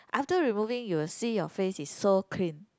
after removing you will see your face is so clean